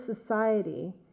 society